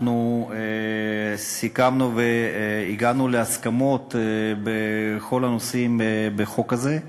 אנחנו סיכמנו והגענו להסכמות בכל הנושאים בחוק הזה.